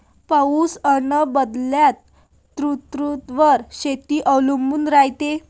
पाऊस अन बदलत्या ऋतूवर शेती अवलंबून रायते